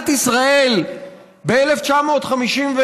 שב-1951,